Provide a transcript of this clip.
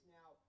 now